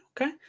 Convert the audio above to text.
Okay